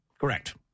Correct